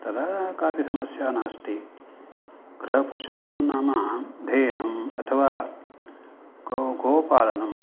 तदा कापि समस्या नास्ति गृहपशुं नाम धेनुम् अथवा गो गोपालनं